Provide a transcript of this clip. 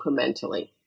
incrementally